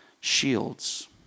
shields